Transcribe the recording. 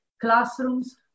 classrooms